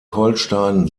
holstein